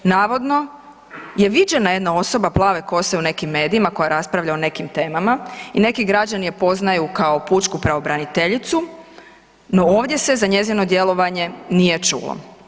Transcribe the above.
Navodno je viđena jedna osoba plave kose u nekim medijima koja raspravlja o nekim temama i neki građani je poznaju kao pučku pravobraniteljicu, no ovdje se za njezino djelovanje nije čulo.